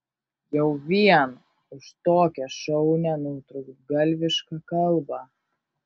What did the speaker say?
jau vien už tokią šaunią nutrūktgalvišką kalbą